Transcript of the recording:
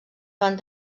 van